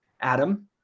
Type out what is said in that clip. adam